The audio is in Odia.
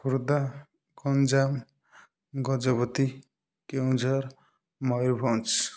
ଖୋର୍ଦ୍ଧା ଗଞ୍ଜାମ ଗଜପତି କେଉଁଝର ମୟୂରଭଞ୍ଜ